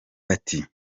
ati